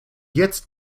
jetzt